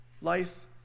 life